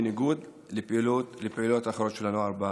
בניגוד לפעולות אחרות של הנוער ביישובים.